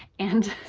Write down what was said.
and